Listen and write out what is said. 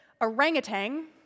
orangutan